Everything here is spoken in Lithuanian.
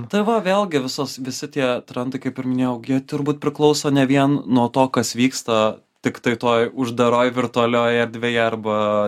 tai va vėlgi visos visi tie trendai kaip ir minėjau gi turbūt priklauso ne vien nuo to kas vyksta tiktai toj uždaroj virtualioj erdvėje arba